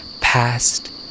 past